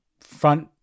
front